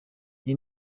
iyi